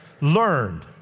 learned